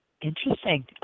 Interesting